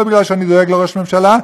לא כי אני דואג לראש הממשלה,